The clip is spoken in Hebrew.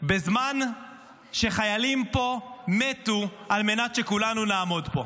בזמן שחיילים פה מתו על מנת שכולנו נעמוד פה.